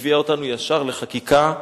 ישר לחקיקה.